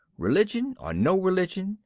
religion or no religion,